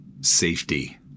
safety